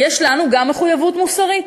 יש לנו גם מחויבות מוסרית.